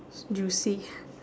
it's juicy